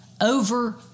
over